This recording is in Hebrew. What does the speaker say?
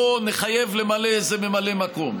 בוא נחייב למלא איזה ממלא מקום.